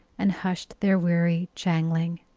and hushed their weary jangling.